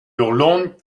loen